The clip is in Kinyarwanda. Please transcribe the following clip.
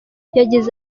yagize